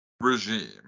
Regime